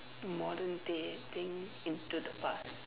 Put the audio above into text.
modern day thing into the past